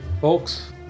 Folks